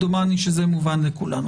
דומני שזה מובן לכולם.